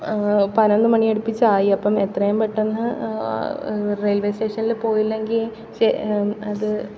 പതിനൊന്നു മണിയടുപ്പിച്ചായി അപ്പം എത്രയും പെട്ടെന്ന് റെയിൽവെ സ്റ്റേഷനിൽ പോയില്ലെങ്കിൽ ശ്ശേ അത്